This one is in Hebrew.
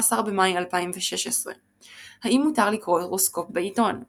18 במאי 2016 האם מותר לקרוא הורוסקופ בעיתון,